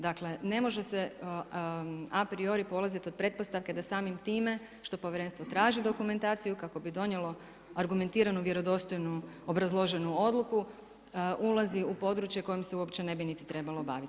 Dakle, ne može se a priori polaziti od pretpostavke da samim time što povjerenstvo traži dokumentaciju kako bi donijelo argumentirano vjerodostojnu odluku ulazi u područje u kojem se ne bi niti trebalo baviti.